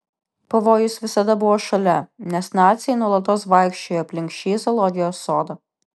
pavojus visada buvo šalia nes naciai nuolatos vaikščiojo aplink šį zoologijos sodą